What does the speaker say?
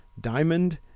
Diamond